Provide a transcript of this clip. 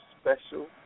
special